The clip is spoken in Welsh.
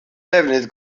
defnydd